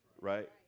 Right